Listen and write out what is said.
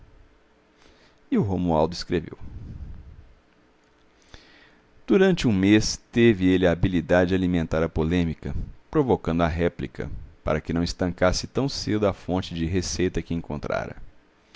e o romualdo escreveu durante um mês teve ele a habilidade de alimentar a polêmica provocando a réplica para que não estancasse tão cedo a fonte de receita que encontrara